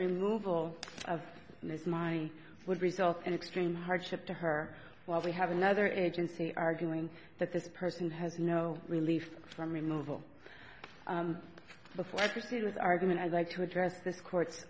removal of ms my would result in extreme hardship to her while we have another agency arguing that this person has no relief from removal before i proceed with argument i'd like to address this court